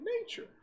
nature